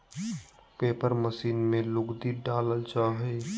paper machine में लुगदी डालल जा हय